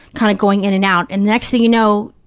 kind of going in and out. and the next thing you know,